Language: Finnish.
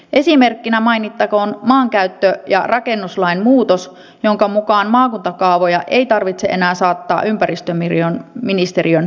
esimerkkinä mainittakoon maankäyttö ja rakennuslain muutos jonka mukaan maakuntakaavoja ei tarvitse enää saattaa ympäristöministeriön vahvistettavaksi